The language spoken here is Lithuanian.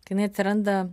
kai jinai atsiranda